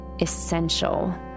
essential